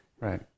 right